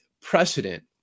precedent